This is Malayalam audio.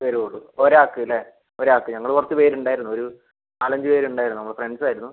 തരൂളളൂ ഒരാൾക്ക് അല്ലേ ഒരാൾക്ക് ഞങ്ങൾ കുറച്ച് പേർ ഉണ്ടായിരുന്നു ഒരു നാലഞ്ച് പേർ ഉണ്ടായിരുന്നു നമ്മൾ ഫ്രണ്ട്സ് ആയിരുന്നു